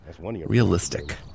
realistic